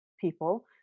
people